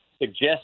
suggest